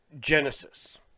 Genesis